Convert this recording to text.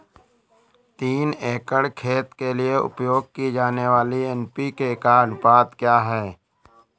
तीन एकड़ खेत के लिए उपयोग की जाने वाली एन.पी.के का अनुपात क्या है?